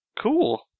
Cool